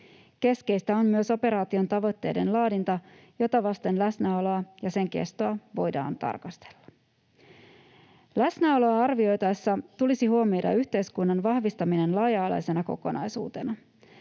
Keskeistä on myös operaation tavoitteiden laadinta, jota vasten läsnäoloa ja sen kestoa voidaan tarkastella. Läsnäoloa arvioitaessa tulisi huomioida yhteiskunnan vahvistaminen laaja-alaisena kokonaisuutena.